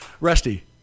Rusty